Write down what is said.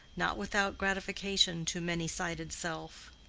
not without gratification to many-sided self.